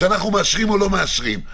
שאנחנו מאשרים או לא מאשרים,